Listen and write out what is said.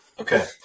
Okay